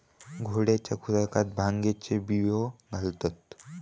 घोड्यांच्या खुराकात भांगेचे बियो घालतत